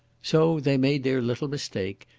so they made their little mistake,